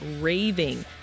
raving